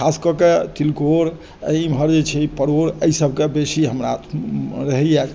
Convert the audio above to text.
खास कऽ के तिलकोर इम्हर जे छै परोर ई सभके बेसी हमरा रहैया